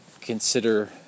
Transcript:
consider